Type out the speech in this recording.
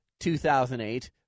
2008